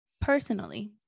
Personally